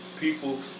people